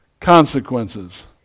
consequences